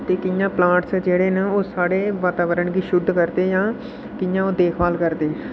ते कि'यां प्लांटस न ओह् साढ़े वातावरण गी शुद्ध करदे जां कि'यां ओह् देख भाल करदे